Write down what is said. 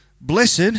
Blessed